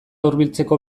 hurbiltzeko